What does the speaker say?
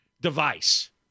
device